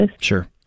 Sure